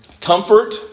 Comfort